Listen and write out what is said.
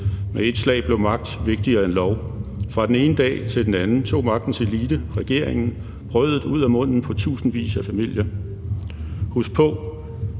Med ét slag blev magt vigtigere end lov. Fra den ene dag til den anden tog magtens elite, regeringen, brødet ud af munden på tusindvis af familier. Husk på: